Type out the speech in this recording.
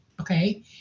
okay